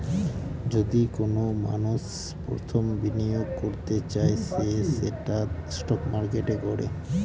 যদি কোনো মানষ প্রথম বিনিয়োগ করতে চায় সে সেটা স্টক মার্কেটে করে